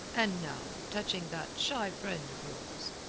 and now touching that shy friend of yours,